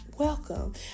welcome